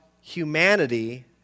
humanity